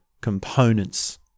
components